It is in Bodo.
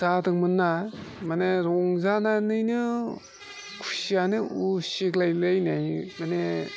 जादोंमोन ना माने रंजानानैनो खुसियानो उसिग्लायलायनाय माने